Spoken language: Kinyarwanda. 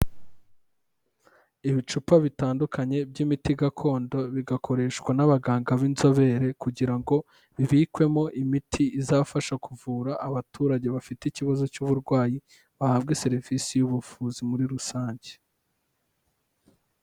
Ibicupa bitandukanye by'imiti gakondo, bigakoreshwa n'abaganga b'inzobere kugira ngo bibikwemo imiti izafasha kuvura abaturage bafite ikibazo cy'uburwayi, bahabwe serivisi y'ubuvuzi muri rusange.